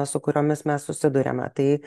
su kuriomis mes susiduriame tai